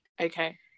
Okay